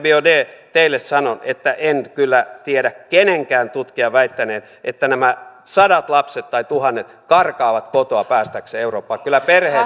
biaudet teille sanon että en kyllä tiedä kenenkään tutkijan väittäneen että nämä sadat tai tuhannet lapset karkaavat kotoa päästäkseen eurooppaan kyllä perhe